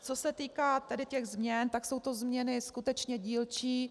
Co se týká tedy těch změn, tak jsou to změny skutečně dílčí.